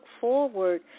forward